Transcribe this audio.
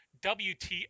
WTF